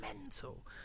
mental